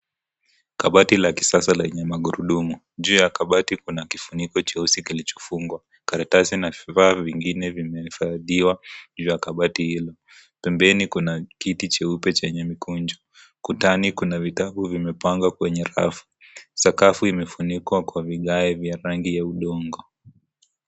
Kabati la kisasa lenye magurudumu, juu ya kabati kuna kifuniko cheusi kilichofungwa karatasi na vifaa vingine vimehifadhiwa juu ya kabati hilo pembeni kuna kiti cheupe chenye mikunju kutani kuna vitabu vimepangwa kwenye rafu sakafu vimefunikwa kwenye vigae ya rangi ya udongo.